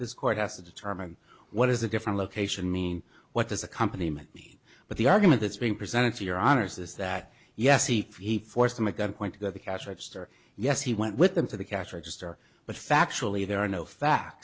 this court has to determine what is a different location mean what does a company make me but the argument that's being presented to your honor's is that yes he he forced to make a point that the cash register yes he went with them to the cash register but factually there are no fa